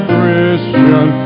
Christian